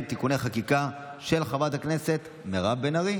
עשרה בעד, אין מתנגדים,